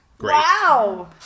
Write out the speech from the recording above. wow